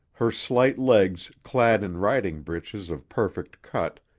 her slight legs, clad in riding-breeches of perfect cut,